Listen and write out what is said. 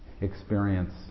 experience